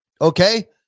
okay